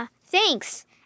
thanks